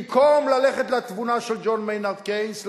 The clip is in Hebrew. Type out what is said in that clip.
במקום ללכת לתבונה של ג'ון מיינרד קיינס,